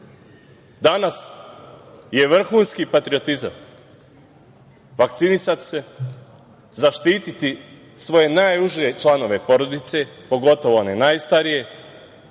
je vrhunski patriotizam vakcinisati se, zaštiti svoje najuže članove porodice, pogotovo one najstarije,